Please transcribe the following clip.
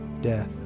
death